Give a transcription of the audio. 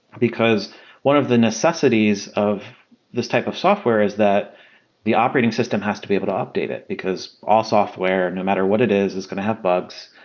because one of the necessities of this type of software is that the operating system has to be able to update it, because all software, no matter what it is, is going to have bugs.